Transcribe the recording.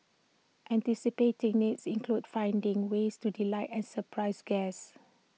anticipating needs includes finding ways to delight and surprise guests